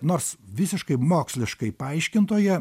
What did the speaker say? nors visiškai moksliškai paaiškintoje